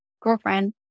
girlfriend